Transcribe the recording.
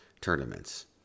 tournaments